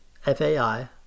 FAI